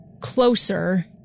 closer